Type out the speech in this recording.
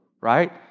right